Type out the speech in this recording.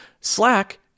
Slack